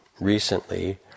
recently